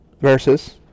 Versus